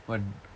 what